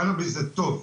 קנאביס זה טוב".